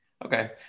Okay